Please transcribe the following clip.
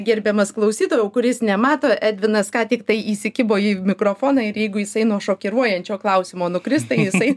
gerbiamas klausytojau kuris nemato edvinas ką tiktai įsikibo į mikrofoną ir jeigu jisai nuo šokiruojančio klausimo nukris tai jisai